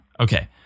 Okay